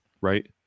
Right